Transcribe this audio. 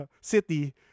city